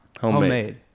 Homemade